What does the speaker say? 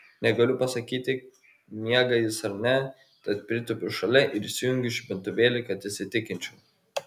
negaliu pasakyti miega jis ar ne tad pritūpiu šalia ir įsijungiu žibintuvėlį kad įsitikinčiau